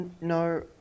no